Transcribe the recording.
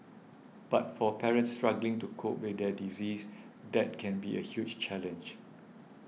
but for parents struggling to cope with their disease that can be a huge challenge